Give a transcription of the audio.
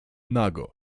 nago